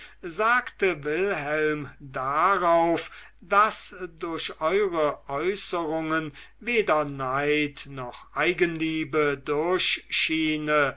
sagte wilhelm darauf daß durch eure äußerungen weder neid noch eigenliebe durchschiene